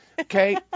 Okay